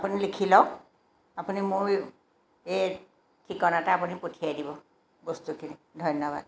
আপুনি লিখি লওক আপুনি মোৰ এই ঠিকনাতে আপুনি পঠিয়াই দিব বস্তুখিনি ধন্যবাদ